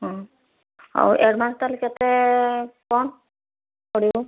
ହଁ ଆଉ ଏଡ଼ଭାନ୍ସ୍ ତାହେଲେ କେତେ କଣ୍ ପଡ଼ିବ